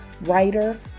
writer